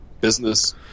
business